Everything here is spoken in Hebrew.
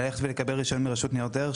ללכת לקבל רישיון מהרשות לניירות ערך,